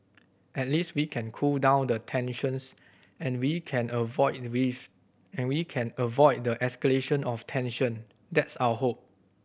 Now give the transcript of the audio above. at least we can cool down the tensions and we can avoid the and we can avoid the escalation of tension that's our hope